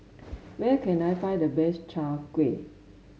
where can I find the best Chai Kuih